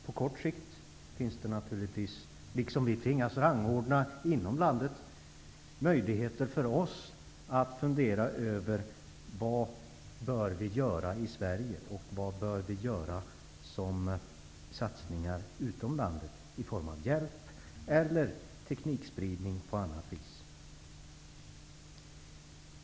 På kort sikt finns det naturligtvis, liksom vi tvingas göra ranordningar inom landet, möjligheter för oss att fundera över vad vi bör göra i Sverige och vilka satsningar vi behöver göra utanför landet i form av hjälp eller teknikspridning på annat vis.